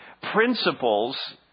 principles